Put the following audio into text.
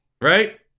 right